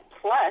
plus